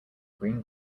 green